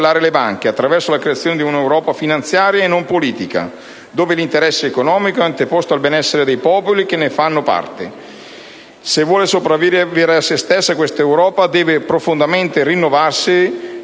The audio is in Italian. le banche attraverso la creazione di un'Europa finanziaria e non politica, dove l'interesse economico è anteposto al benessere dei popoli che ne fanno parte. Se vuole sopravvivere a se stessa questa Europa deve profondamente rinnovarsi